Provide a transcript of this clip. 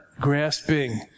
grasping